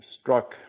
struck